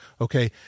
Okay